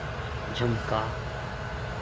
झुमका